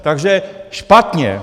Takže špatně!